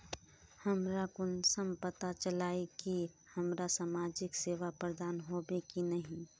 हमरा कुंसम पता चला इ की हमरा समाजिक सेवा प्रदान होबे की नहीं?